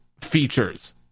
features